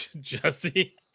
Jesse